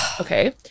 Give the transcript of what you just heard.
okay